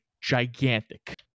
gigantic